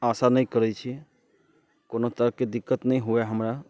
आशा नहि करैत छी कओनो तरहकेँ दिक्कत नहि हुए हमरा